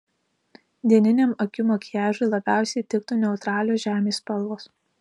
dieniniam akių makiažui labiausiai tiktų neutralios žemės spalvos